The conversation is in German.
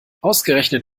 ausgerechnet